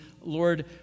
Lord